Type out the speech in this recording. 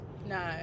No